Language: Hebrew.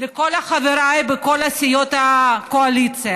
לכל חבריי בכל סיעות הקואליציה: